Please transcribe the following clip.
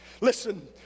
Listen